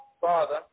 father